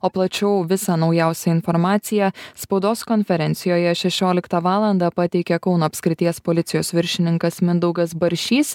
o plačiau visą naujausią informaciją spaudos konferencijoje šešioliktą valandą pateikė kauno apskrities policijos viršininkas mindaugas baršys